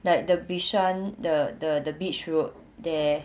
like the bishan the the the beach road there